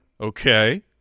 Okay